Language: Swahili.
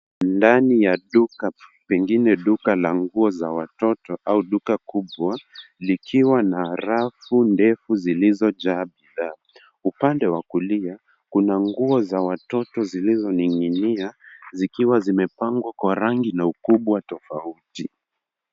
Ndani ya duka, pengine duka la nguo za watoto au duka kubwa zikiwa na rafu ndefu zilizojaa bidhaa. Upande wa kulia, kuna nguo za watoto zilizoning'inia zikiwa zimepangwa kwa rangi na ukubwa tofauti.